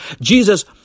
Jesus